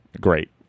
Great